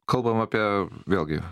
kalbam apie vėlgi